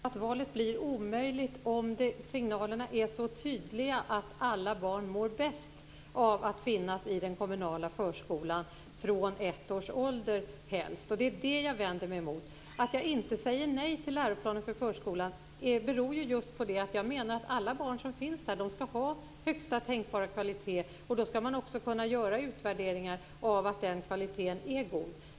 Fru talman! Jag vidhåller att valet blir omöjligt om man får så tydliga signaler om att alla barn mår bäst av att vara i den kommunala förskolan, helst från ett års ålder. Det är det jag vänder mig mot. Att jag inte säger nej till läroplanen för förskolan beror just på att jag menar att alla barn som finns där skall ha högsta tänkbara kvalitet, och då skall man också kunna göra utvärderingar av att kvaliteten är god.